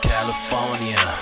California